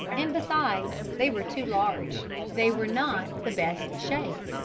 and besides, they were too large. they were not the best shape.